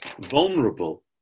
vulnerable